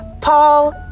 paul